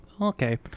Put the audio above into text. Okay